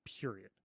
period